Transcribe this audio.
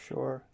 Sure